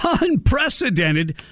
unprecedented